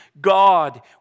God